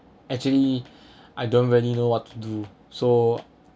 actually I don't really know what to do so